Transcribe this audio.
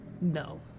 No